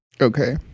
Okay